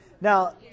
Now